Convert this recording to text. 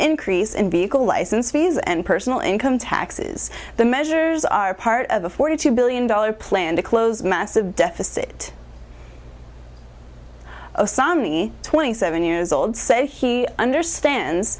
increase in vehicle license fees and personal income taxes the measures are part of a forty two billion dollars plan to close massive deficit some me twenty seven years old say he understands